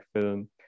film